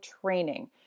training